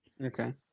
Okay